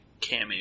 cameo